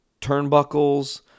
turnbuckles